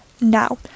Now